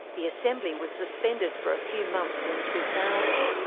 the assembly was suspended for a few months in two thousand,